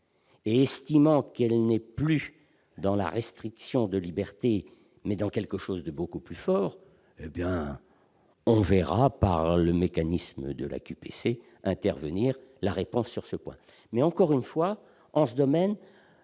et estimant qu'elle n'est plus dans la restriction de liberté mais dans quelque chose de beaucoup plus fort, hé bien on verra par le mécanisme de la QPC intervenir la réponse sur ce point, mais encore une fois en ce domaine